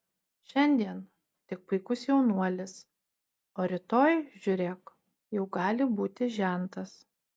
šiandien tik puikus jaunuolis o rytoj žiūrėk jau gali būti žentas